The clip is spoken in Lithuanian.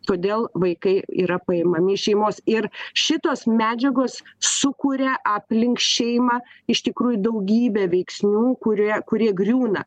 kodėl vaikai yra paimami iš šeimos ir šitos medžiagos sukuria aplink šeimą iš tikrųjų daugybę veiksnių kurie kurie griūna